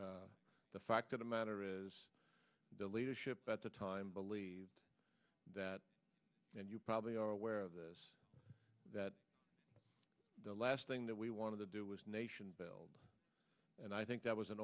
the fact of the matter is the leadership at the time believed that and you probably are aware of this that the last thing that we wanted to do was nation building and i think that was an